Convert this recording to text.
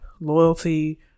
loyalty